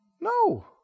No